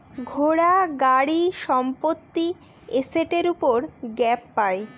ঘোড়া, গাড়ি, সম্পত্তি এসেটের উপর গ্যাপ পাই